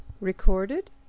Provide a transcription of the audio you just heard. Recorded